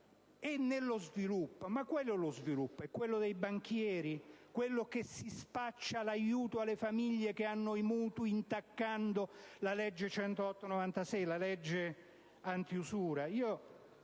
è nello sviluppo: ma qual è lo sviluppo? È quello dei banchieri? Quello che si spaccia per aiuto alle famiglie che hanno i mutui intaccando la legge n. 108 del 1996, la legge antiusura?